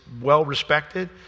well-respected